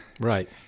right